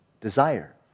desire